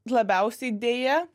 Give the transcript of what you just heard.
labiausiai deja